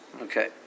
Okay